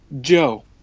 Joe